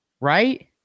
Right